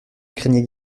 craignait